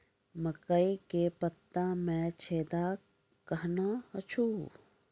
मकई के पत्ता मे छेदा कहना हु छ?